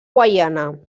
guaiana